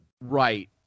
Right